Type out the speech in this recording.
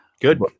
Good